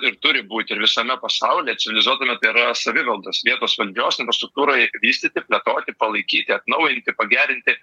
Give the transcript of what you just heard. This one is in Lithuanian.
ir turi būti ir visame pasaulyje civilizuotame tai yra savivaldos vietos valdžios infrastruktūrai vystyti plėtoti palaikyti atnaujinti pagerinti